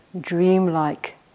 dreamlike